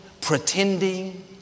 pretending